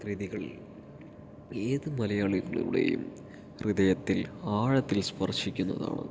കൃതികൾ ഏത് മലയാളികളുടെയും ഹൃദയത്തിൽ ആഴത്തിൽ സ്പർശിക്കുന്നതാണ്